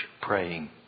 praying